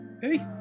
Peace